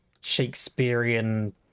shakespearean